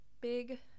big